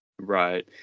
right